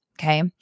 Okay